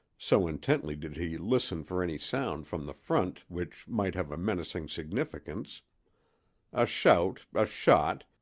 so intently did he listen for any sound from the front which might have a menacing significance a shout, a shot,